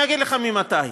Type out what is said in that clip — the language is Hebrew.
אני אגיד לך ממתי.